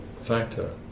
factor